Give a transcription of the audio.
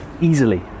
easily